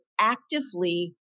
actively